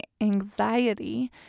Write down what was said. anxiety